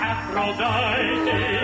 Aphrodite